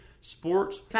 sports